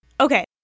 Okay